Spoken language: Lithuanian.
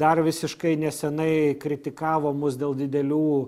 dar visiškai nesenai kritikavo mus dėl didelių